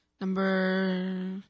Number